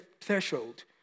threshold